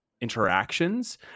interactions